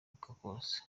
bose